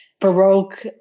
Baroque